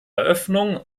eröffnung